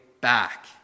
back